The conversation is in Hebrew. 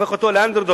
הופך אותו לאנדרדוג,